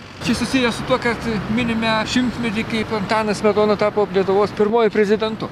čia susijęs su tuo kad minime šimtmetį kaip antanas smetona tapo lietuvos pirmuoju prezidentu